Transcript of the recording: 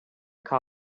car